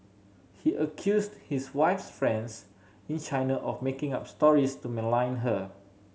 he accused his wife's friends in China of making up stories to malign her